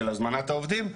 של הזמנת העובדים,